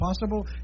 possible